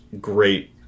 great